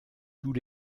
tous